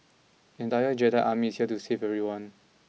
an entire Jedi Army is here to save everyone